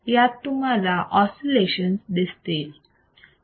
यात तुम्हाला असोसिएशन्स दिसतील